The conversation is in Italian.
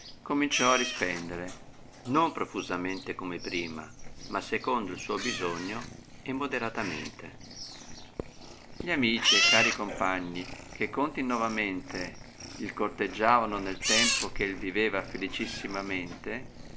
cominciò a rispendere non profusamente come prima ma secondo il suo bisogno e moderatamente gli amici e cari compagni che continovamente il corteggiavano nel tempo che viveva